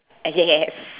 ah yes